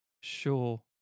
Sure